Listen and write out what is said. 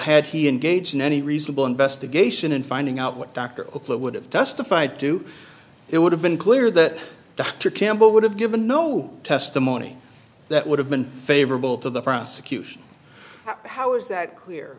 had he engaged in any reasonable investigation in finding out what dr oakleigh would have testified to it would have been clear that dr campbell would have given no testimony that would have been favorable to the prosecution how is that clear